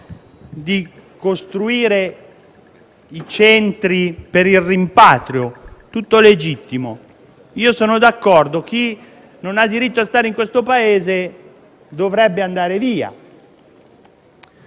di costruire i centri per il rimpatrio. Tutto legittimo e io sono d'accordo: chi non ha diritto a stare in questo Paese dovrebbe andare via.